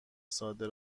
ساده